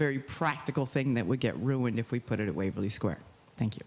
very practical thing that we get ruined if we put it waverly square thank you